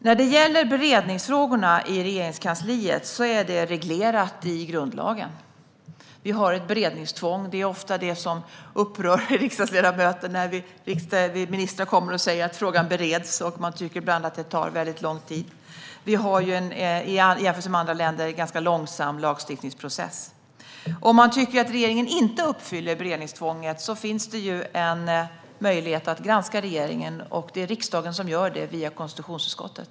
När det gäller beredning i Regeringskansliet är det reglerat i grundlagen. Vi har ett beredningstvång. Det upprör ofta riksdagsledamöter när ministrar säger att frågan bereds, och man tycker ibland att det tar väldigt lång tid. Vi har en i jämförelse med andra länder ganska långsam lagstiftningsprocess. Om man tycker att regeringen inte uppfyller beredningstvånget finns det en möjlighet att granska regeringen, och det är riksdagen som gör det via konstitutionsutskottet.